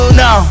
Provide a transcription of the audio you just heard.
no